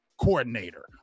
coordinator